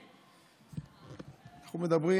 אנחנו מדברים